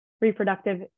reproductive